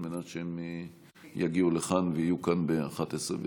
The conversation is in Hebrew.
על מנת שהם יגיעו לכאן ויהיו כאן ב-11:20.